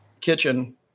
kitchen